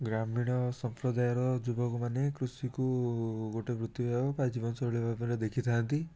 ଗ୍ରାମୀଣ ସମ୍ପ୍ରଦାୟର ଯୁବକମାନେ କୃଷିକୁ ଗୋଟେ ବୃତ୍ତିଭାବେ ବା ଜୀବନଶୈଳୀ ଭାବେ ଦେଖିଥାନ୍ତି